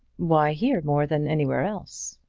why here more than anywhere else?